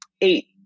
eight